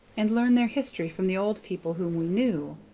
and learn their history from the old people whom we knew,